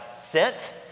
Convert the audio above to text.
sent—